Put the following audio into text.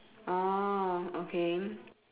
oh okay